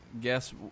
guess